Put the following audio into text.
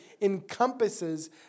encompasses